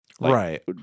right